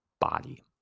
body